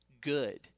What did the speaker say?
good